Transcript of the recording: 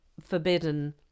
forbidden